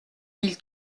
mille